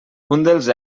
dels